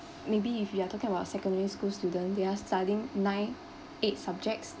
maybe if you are talking about secondary school student they are studying nine eight subjects